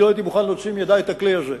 אני לא הייתי מוכן להוציא מידי את הכלי הזה.